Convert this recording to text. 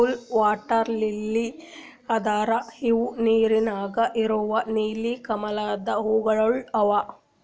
blue water lily ಅಂದುರ್ ಇವು ನೀರ ನ್ಯಾಗ ಇರವು ನೀಲಿ ಕಮಲದ ಹೂವುಗೊಳ್ ಅವಾ